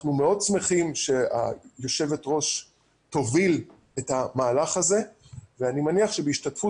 אנחנו מאוד שמחים שהיושבת ראש תוביל את המהלך הזה ואני מניח שבהשתתפות